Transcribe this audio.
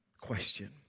question